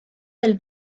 del